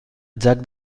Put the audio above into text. jack